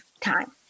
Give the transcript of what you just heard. time